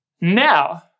Now